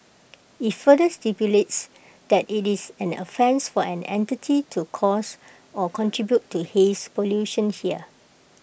IT further stipulates that IT is an offence for any entity to cause or contribute to haze pollution here